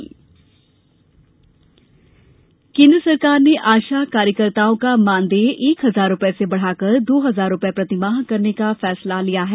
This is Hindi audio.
आशा मानदेय केन्द्र सरकार ने आशा कार्यकर्ताओं का मानदेय एक हजार रूपये से बढ़ाकर दो हजार रूपये प्रतिमाह करने का फैसला लिया है